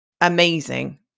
amazing